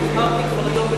והבהרתי כבר היום,